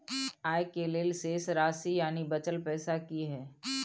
आय के लेल शेष राशि यानि बचल पैसा की हय?